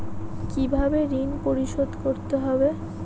কিভাবে ঋণ পরিশোধ করতে হবে?